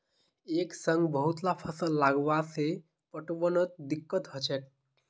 एक संग बहुतला फसल लगावा से पटवनोत दिक्कत ह छेक